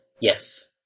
Yes